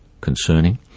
concerning